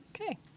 okay